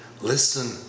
listen